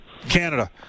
Canada